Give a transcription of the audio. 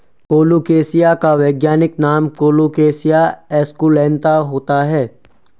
colocasia का वैज्ञानिक नाम कोलोकेशिया एस्कुलेंता होता है